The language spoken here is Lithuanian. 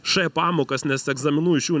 š pamokas nes egzaminų iš jų